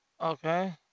okay